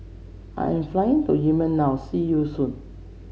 I am flying to Yemen now see you soon